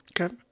okay